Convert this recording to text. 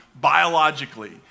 biologically